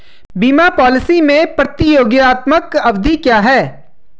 बीमा पॉलिसी में प्रतियोगात्मक अवधि क्या है?